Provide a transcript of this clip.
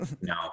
No